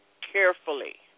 carefully